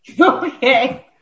Okay